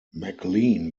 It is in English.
mclean